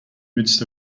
midst